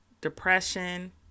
depression